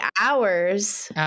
Hours